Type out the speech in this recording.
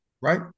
Right